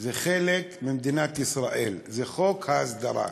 זה חלק ממדינת ישראל, זה חוק ההסדרה.